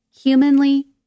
humanly